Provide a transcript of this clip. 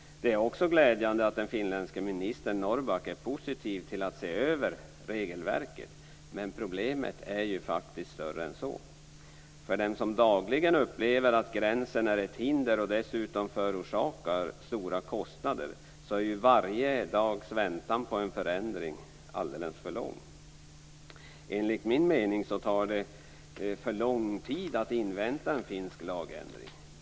Det är också glädjande att den finländske ministern Norrback är positiv till att se över regelverket, men problemet är faktiskt större än så. För dem som dagligen upplever att gränsen är ett hinder och dessutom förorsakas stora kostnader är varje dags väntan på en förändring en alldeles för lång tid. Enligt min mening tar det för lång tid att invänta en finsk lagändring.